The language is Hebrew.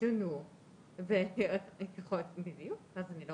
הם שואלים למה